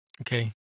Okay